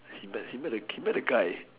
he met he met a K I he met a guy